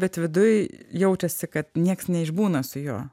bet viduj jaučiasi kad nieks neišbūna su juo